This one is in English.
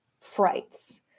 frights